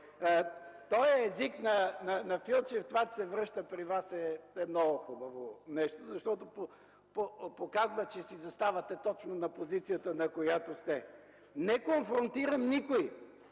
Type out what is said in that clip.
този език на Филчев се връща при Вас, е хубаво нещо, защото показва, че си заставате точно на позицията, на която сте. Не конфронтирам никой